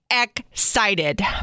excited